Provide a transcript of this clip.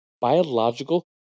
biological